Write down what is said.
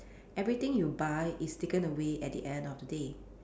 everything you buy is taken away at the end of the day